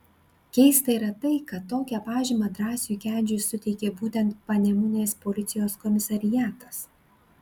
keista yra tai kad tokią pažymą drąsiui kedžiui suteikė būtent panemunės policijos komisariatas